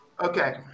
okay